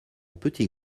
petit